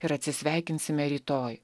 ir atsisveikinsime rytoj